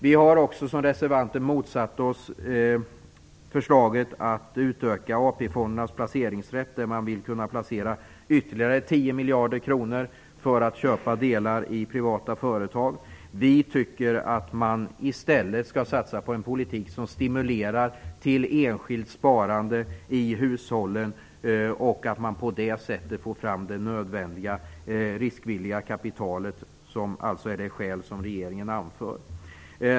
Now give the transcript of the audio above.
Vi har också som reservanter motsatt oss förslaget om en utökning av AP-fondernas placeringsrätt. Regeringen vill kunna placera ytterligare 10 miljarder kronor för att det skall bli möjligt att köpa delar i privata företag. Vi vill i stället satsa på en politik som stimulerar enskilt sparande i hushållen, så att man på det sättet får fram det nödvändiga riskvilliga kapitalet - att få fram detta kapital är alltså skälet bakom regeringens förslag.